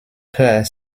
pair